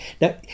Now